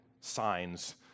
signs